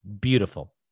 beautiful